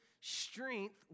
strength